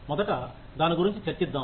మొదట దాని గురించి చర్చిద్దాం